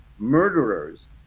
murderers